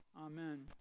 amen